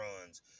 runs